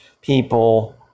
people